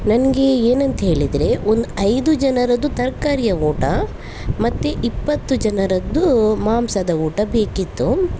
ನನಗೆ ಏನಂತ ಹೇಳಿದರೆ ಒಂದು ಐದು ಜನರದ್ದು ತರಕಾರಿಯ ಊಟ ಮತ್ತು ಇಪ್ಪತ್ತು ಜನರದ್ದು ಮಾಂಸದ ಊಟ ಬೇಕಿತ್ತು